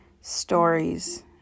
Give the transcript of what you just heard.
stories